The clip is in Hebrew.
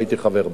והייתי חבר בה.